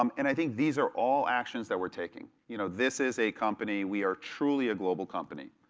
um and i think these are all actions that we're taking. you know this is a company, we are truly a global company.